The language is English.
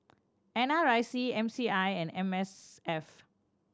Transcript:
N R I C M C I and M S F